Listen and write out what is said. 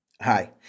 Hi